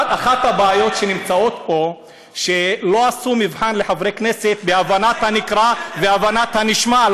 אחת הבעיות פה היא שלא עשו מבחן לחברי כנסת בהבנת הנקרא והבנת הנשמע,